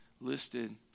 listed